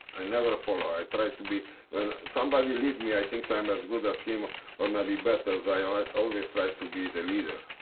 i never follow, i try to be when somebody lead me, i think so i'm as good as him or maybe better. so i ah i always try to be the leader.